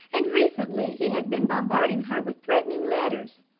and recently he has been bombarding her with threatening letters.